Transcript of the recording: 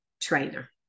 trainer